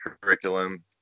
curriculum